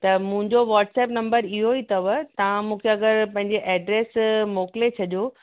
त मुंहिंजो WhatsApp number इहो ई अथव तव्हां मूंखे अगरि पंहिंजी एड्रेस मोकिले छॾियो